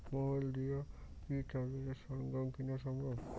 Mobile দিয়া কি চাষবাসের সরঞ্জাম কিনা সম্ভব?